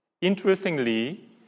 Interestingly